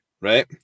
right